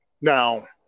Now